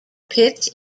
pits